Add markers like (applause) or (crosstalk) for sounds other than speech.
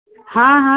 (unintelligible)